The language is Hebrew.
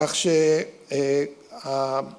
‫כך שה...